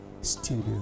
studio